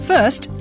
First